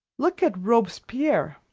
look at robespierre